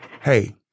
hey